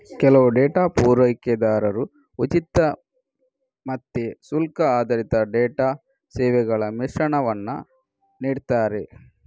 ಕೆಲವು ಡೇಟಾ ಪೂರೈಕೆದಾರರು ಉಚಿತ ಮತ್ತೆ ಶುಲ್ಕ ಆಧಾರಿತ ಡೇಟಾ ಸೇವೆಗಳ ಮಿಶ್ರಣವನ್ನ ನೀಡ್ತಾರೆ